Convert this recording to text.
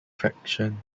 faction